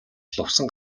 лувсан